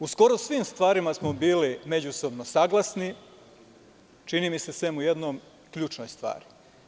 U skoro svim stvarima smo bili međusobno saglasni, čini mi se, sem u jednoj ključnoj stvari.